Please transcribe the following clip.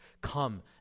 come